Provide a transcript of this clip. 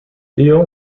theo